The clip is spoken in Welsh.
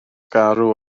garw